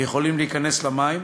ויכולים להיכנס למים.